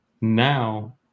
now